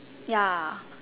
ya